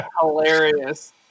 hilarious